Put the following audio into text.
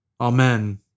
Amen